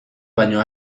baino